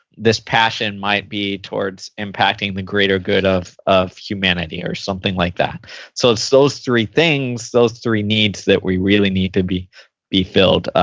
this passion might be towards impacting the greater good of of humanity or something like that so, it's those three things, those three needs that we really need to be be filled,